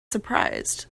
surprised